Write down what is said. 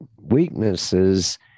weaknesses